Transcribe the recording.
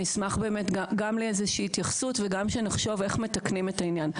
אשמח גם לאיזושהי התייחסות וגם שנחשוב איך מתקנים את העניין.